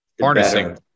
Harnessing